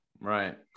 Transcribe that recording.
Right